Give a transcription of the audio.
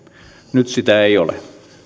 nyt sitä ei ole